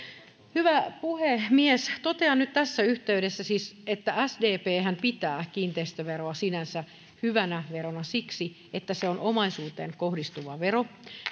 hyvä puhemies totean nyt tässä yhteydessä siis että sdphän pitää kiinteistöveroa sinänsä hyvänä verona siksi että se on omaisuuteen kohdistuva vero